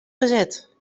gezet